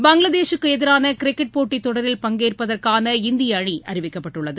பங்களாதேஸுக்கு எதிரான கிரிக்கெட் போட்டித் தொடரில் பங்கேற்பதற்கான இந்திய அணி அறிவிக்கப்பட்டுள்ளது